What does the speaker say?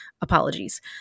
Apologies